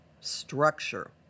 structure